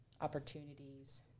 opportunities